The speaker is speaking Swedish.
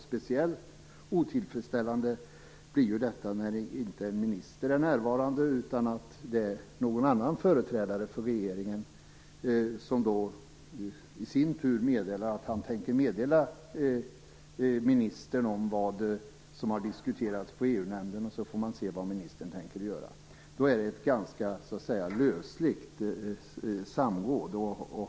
Speciellt otillfredsställande blir detta när det inte är en minister som är närvarande utan någon annan företrädare för regeringen som i sin tur meddelar att han tänker meddela ministern vad som har diskuterats i EU-nämnden, och sedan får man se vad ministern tänker göra. Då är det ett ganska löst samråd.